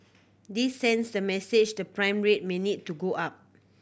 this sends the message the prime rate may need to go up